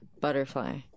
butterfly